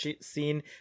scene